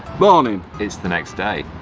morning! it's the next day.